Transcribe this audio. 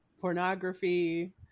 pornography